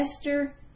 Esther